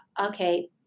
okay